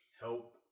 help